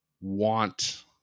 want